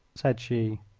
said she.